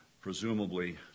presumably